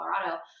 Colorado